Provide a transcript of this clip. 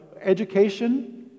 education